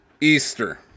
Easter